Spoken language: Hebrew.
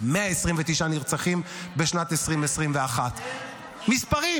129 נרצחים בשנת 2023. הוא קיבל את תפקידו בספטמבר.